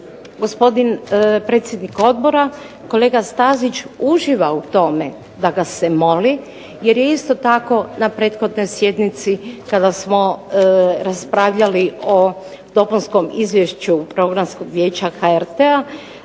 gospodin predsjednik odbora kolega Stazić uživa u tome da ga se moli, jer je isto tako na prethodnoj sjednici kada smo raspravljali o dopunskom izvješću Programskog vijeća HRT-a